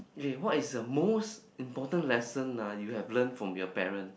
okay what is the most important lesson ah you have learn from your parent